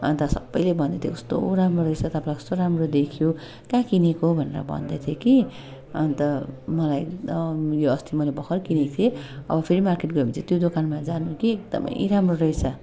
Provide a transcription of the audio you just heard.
अन्त सबैले भन्थ्यो कस्तो राम्रो रहेछ तपाईँलाई कस्तो राम्रो देख्यो कहाँ किनेको भनेर भन्दै थियो कि अन्त मलाई एकदम यो अस्ति मैले भर्खर किनेक थिएँ अब फेरि मार्केट गएँ भने चाहिँ त्यो दोकानमा जानु कि एकदमै राम्रो रहेछ